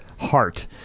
heart